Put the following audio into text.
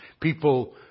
people